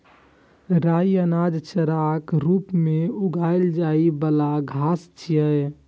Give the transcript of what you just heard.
राइ अनाज, चाराक रूप मे उगाएल जाइ बला घास छियै